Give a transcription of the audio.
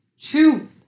two